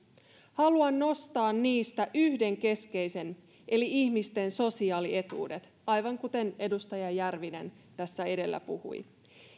haluan nostaa niistä yhden keskeisen eli ihmisten sosiaalietuudet aivan kuten edustaja järvinen tässä edellä puhui